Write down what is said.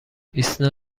ایسنا